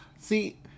See